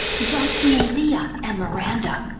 justin and via and miranda.